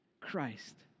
Christ